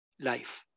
life